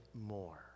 more